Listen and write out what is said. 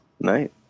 night